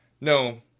No